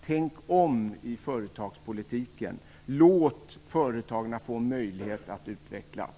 Tänk om i företagspolitiken, låt företagen få möjlighet att utvecklas.